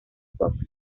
fox